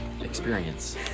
experience